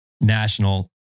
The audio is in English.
national